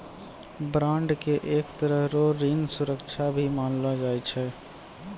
bond के एक तरह रो ऋण सुरक्षा भी मानलो जाय छै